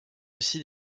aussi